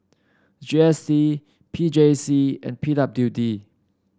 G S T P J C and P W D